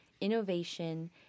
innovation